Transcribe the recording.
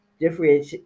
different